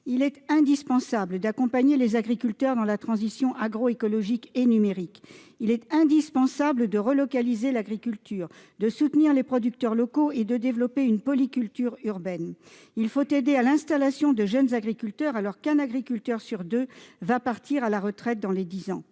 Il est indispensable d'accompagner les agriculteurs dans la transition agroécologique et numérique. Il est indispensable aussi de relocaliser l'agriculture, de soutenir les producteurs locaux et de développer une polyculture urbaine. Il faut aider à l'installation de jeunes agriculteurs, alors qu'un agriculteur sur deux va partir à la retraite dans les dix ans.